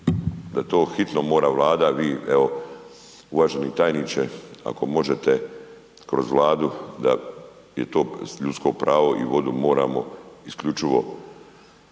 da to hitno mora Vlada a vi evo uvaženi tajniče ako možete kroz Vladu da je to ljudsko pravo i vodu moramo isključivo